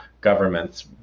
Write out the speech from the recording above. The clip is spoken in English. governments